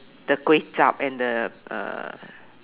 the kway-chap and the uh